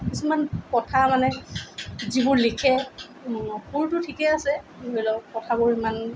কিছুমান কথা মানে যিবোৰ লিখে সুৰটো ঠিকেই আছে ধৰি লওক কথাবোৰ ইমান